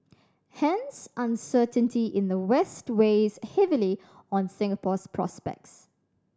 hence uncertainty in the West weighs heavily on Singapore's prospects